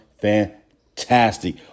fantastic